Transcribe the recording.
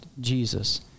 Jesus